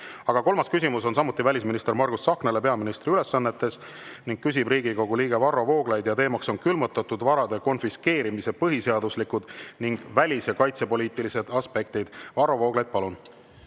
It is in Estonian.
Aga kolmas küsimus on samuti välisminister Margus Tsahknale peaministri ülesannetes, küsib Riigikogu liige Varro Vooglaid ja teema on külmutatud varade konfiskeerimise põhiseaduslikud ning välis- ja kaitsepoliitilised aspektid. Varro Vooglaid, palun!